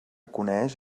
coneix